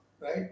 right